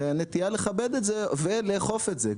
והנטייה לכבד את זה ולאכוף את זה.